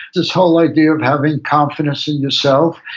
this whole idea of having confidence in yourself,